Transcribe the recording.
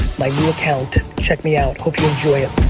like new account. check me out. hope you enjoy it.